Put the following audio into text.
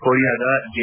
ಕೊರಿಯಾದ ಜೆ